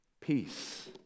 peace